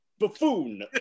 Buffoon